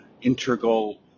integral